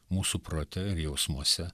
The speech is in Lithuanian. mūsų prote ir jausmuose